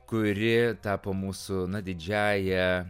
kuri tapo mūsų na didžiąja